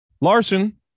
Larson